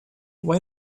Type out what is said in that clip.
why